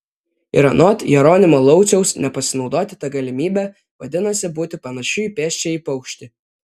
ir anot jeronimo lauciaus nepasinaudoti ta galimybe vadinasi būti panašiu į pėsčiąjį paukštį